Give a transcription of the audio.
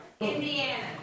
Indiana